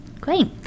Great